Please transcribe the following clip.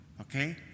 Okay